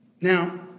Now